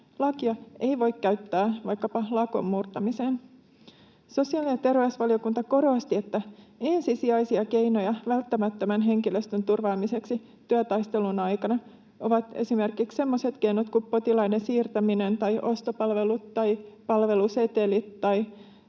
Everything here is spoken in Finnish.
Lakia ei voi käyttää vaikkapa lakon murtamiseen. Sosiaali- ja terveysvaliokunta korosti, että ensisijaisia keinoja välttämättömän henkilöstön turvaamiseksi työtaistelun aikana ovat esimerkiksi semmoiset keinot kuin potilaiden siirtäminen tai ostopalvelut tai palvelusetelit